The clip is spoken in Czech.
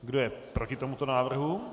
Kdo je proti tomuto návrhu?